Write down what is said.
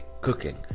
cooking